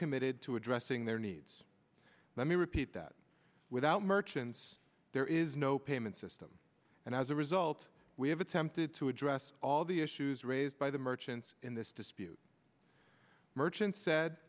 committed to addressing their needs let me repeat that without merchants there is no payment system and as a result we have attempted to address all the issues raised by the merchants in this dispute merchants said